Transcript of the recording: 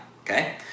okay